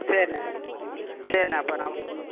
சரிண்ணே சரிண்ணே அப்போ நான் ஒரு